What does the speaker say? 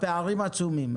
הפערים עצומים,